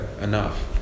Enough